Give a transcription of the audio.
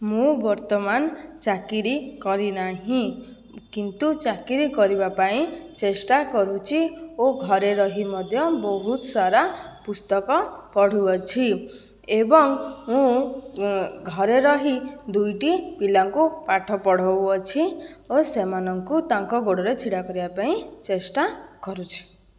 ମୁଁ ବର୍ତ୍ତମାନ ଚାକିରୀ କରି ନାହିଁ କିନ୍ତୁ ଚାକିରୀ କରିବା ପାଇଁ ଚେଷ୍ଟା କରୁଛି ଓ ଘରେ ରହି ମଧ୍ୟ ବହୁତ ସାରା ପୁସ୍ତକ ପଢ଼ୁଅଛି ଏବଂ ମୁଁ ଘରେ ରହି ଦୁଇଟି ପିଲାଙ୍କୁ ପାଠ ପଢ଼ାଉଅଛି ଓ ସେମାନଙ୍କୁ ତାଙ୍କ ଗୋଡ଼ରେ ଛିଡ଼ା କରେଇବା ପାଇଁ ଚେଷ୍ଟା କରୁଛି